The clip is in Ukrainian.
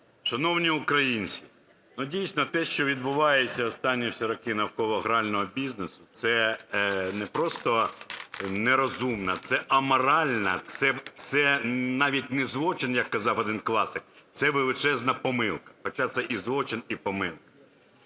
Шановні українці, дійсно, те, що відбувається останні всі роки навколо грального бізнесу, це не просто нерозумно – це аморально, це навіть не злочин, як казав один класик, це величезна помилка. Хоча це і злочин, і помилка.